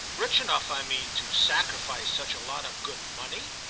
rich enough, i mean, to sacrifice such a lot of good money?